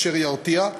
אשר ירתיע,